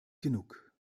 genug